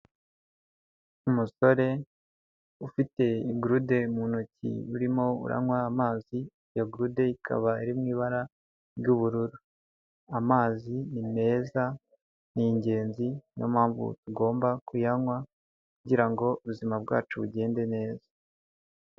Umusore ufite gurude mu ntoki urimo uranywa amazi, iyo gurude ikaba iri mu ibara ry'ubururu, amazi ni meza ni ingenzi niyo mpamvu tugomba kuyanywa kugira ngo ubuzima bwacu bugende neza.